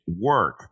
work